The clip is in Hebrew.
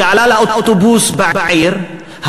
שעלה לאוטובוס בעיר,